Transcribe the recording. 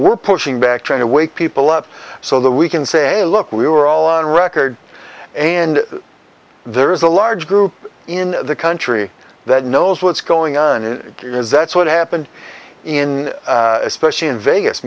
we're pushing back trying to wake people up so that we can say look we were all on record and there is a large group in the country that knows what's going on and it is that's what happened in especially in vegas